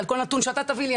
על כל נתון שאתה תביא לי,